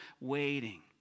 waiting